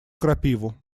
крапиву